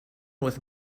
with